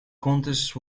contest